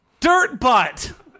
dirtbutt